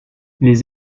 les